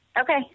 Okay